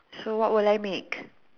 so what will I make